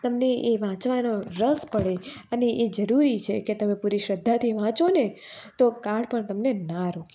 તમને એ વાંચવાનો રસ પડે અને એ જરૂરી છે કે તમે પૂરી શ્રદ્ધાથી વાંચો ને તો કાળ પણ તમને ના રોકે